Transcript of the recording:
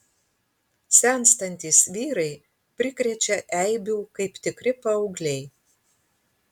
senstantys vyrai prikrečia eibių kaip tikri paaugliai